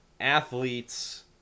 athlete's